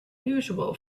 usual